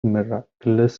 miraculous